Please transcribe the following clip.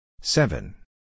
seven